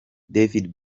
david